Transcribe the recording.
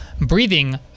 breathing